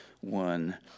one